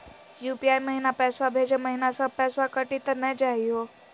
UPI महिना पैसवा भेजै महिना सब पैसवा कटी त नै जाही हो?